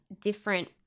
different